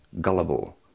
gullible